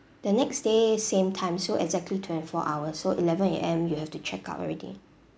the next day same time so exactly twenty-four hours so eleven A_M you have to check out already